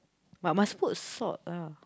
but must put salt lah